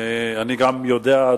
אני גם יודע,